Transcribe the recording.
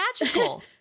magical